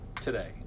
today